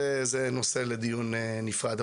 זה נושא לדיון נפרד.